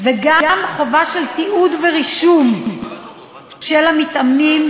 וגם חובה של תיעוד ורישום של המתאמנים,